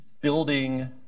building